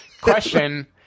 Question